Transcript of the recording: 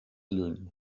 lluny